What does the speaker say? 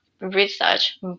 research